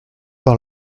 par